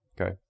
Okay